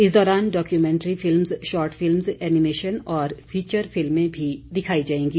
इस दौरान documentary films short films animation और फीचर फिल्में भी दिखाई जाएंगी